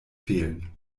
fehlen